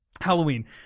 Halloween